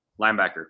linebacker